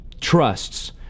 trusts